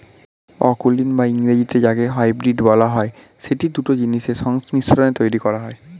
অকুলীন বা ইংরেজিতে যাকে হাইব্রিড বলা হয়, সেটি দুটো জিনিসের সংমিশ্রণে তৈরী করা হয়